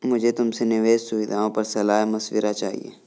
मुझे तुमसे निवेश सुविधाओं पर सलाह मशविरा चाहिए